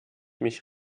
mich